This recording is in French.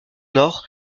nord